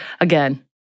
again